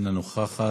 איננה נוכחת,